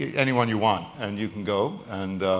anyone you want and you can go and,